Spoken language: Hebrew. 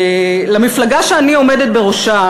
למפלגה שאני עומדת בראשה,